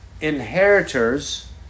inheritors